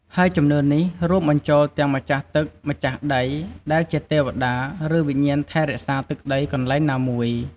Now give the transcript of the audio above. ហើយជំនឿនេះរួមបញ្ចូលទាំង ម្ចាស់ទឹក ម្ចាស់ដី ដែលជាទេវតា ឬ វិញ្ញាណថែរក្សាទឹកដីកន្លែងណាមួយ។